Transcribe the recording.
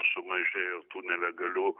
sumažėjo tų nelegalių